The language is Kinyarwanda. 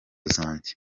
zanjye